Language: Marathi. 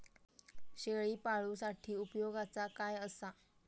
शेळीपाळूसाठी उपयोगाचा काय असा?